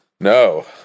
No